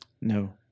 No